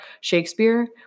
Shakespeare